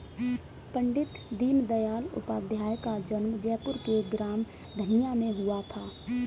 पण्डित दीनदयाल उपाध्याय का जन्म जयपुर के ग्राम धनिया में हुआ था